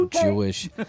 Jewish